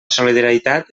solidaritat